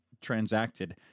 transacted